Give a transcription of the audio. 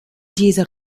dieser